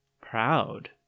proud